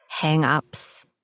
hang-ups